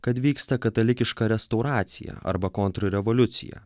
kad vyksta katalikiška restauracija arba kontrrevoliucija